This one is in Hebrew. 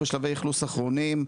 בשלבי אכלוס אחרונים,